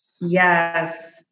Yes